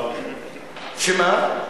שמה?